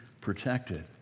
protected